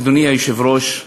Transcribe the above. אדוני היושב-ראש,